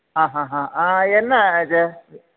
ആ ഹ ഹ ആ എന്നാ ഇച്ചായ